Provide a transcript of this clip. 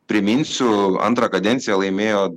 priminsiu antrą kadenciją laimėjo